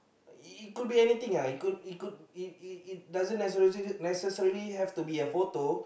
it it could be anything uh it could doesn't necessarily have to be a photo